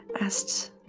asked